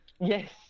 Yes